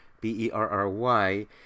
B-E-R-R-Y